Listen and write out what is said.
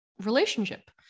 relationship